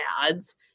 ads